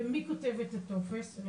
ומי כותב את הטופס?